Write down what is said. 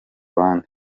abandi